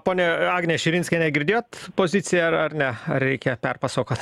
ponia agne širinskiene girdėjot poziciją ar ar ne ar reikia perpasakot